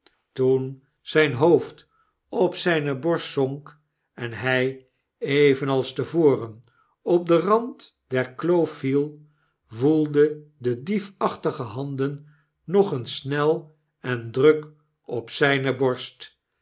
toen zijn hoofd op zijne borst zonk en hij evenals te voren op den rand der kloof viel woelden de diefachtige handen nog eens snel en druk op zijne borst